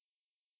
oh you don't